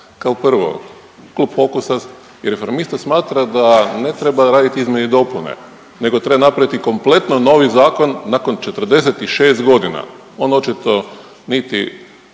Kao prvo, Klub Fokusa i Reformista smatra da ne treba raditi izmjene i dopune, nego treba napraviti kompletno novi zakon nakon 46 godina. On očito niti